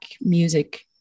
music